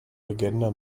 legende